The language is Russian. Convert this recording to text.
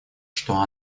что